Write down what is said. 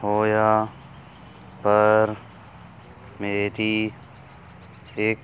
ਹੋਇਆ ਪਰ ਮੇਰੀ ਇੱਕ